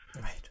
right